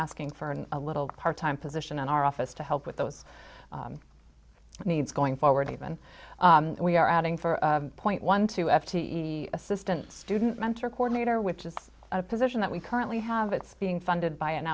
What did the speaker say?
asking for a little part time position in our office to help with those needs going forward even we are adding for point one two f the assistant student mentor coordinator which is a position that we currently have it's being funded by an